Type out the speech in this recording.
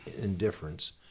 indifference